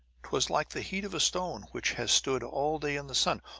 twas like the heat of a stone which has stood all day in the sun,